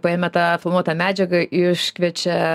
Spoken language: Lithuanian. paėmė tą filmuotą medžiagą iškviečia